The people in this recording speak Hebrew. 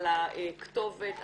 על הכתובת,